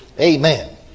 Amen